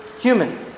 human